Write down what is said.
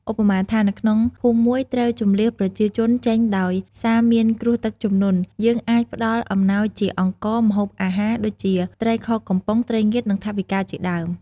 ឧបមាថា នៅក្នុងភូមិមួយត្រូវជម្លៀសប្រជាជនចេញដោយសារមានគ្រោះទឹកជំនន់ យើងអាចផ្តល់អំណោយជា អង្ករ ម្ហូបអាហារ ដូចជា ត្រីខកំប៉ុង ត្រីងៀត និង ថវិកាជាដើម។